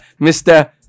Mr